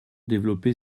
développer